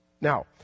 Now